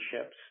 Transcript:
ships